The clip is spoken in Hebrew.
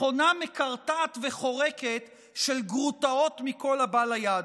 מכונה מקרטעת וחורקת של גרוטאות מכל הבא ליד.